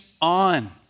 on